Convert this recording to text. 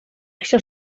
això